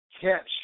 catch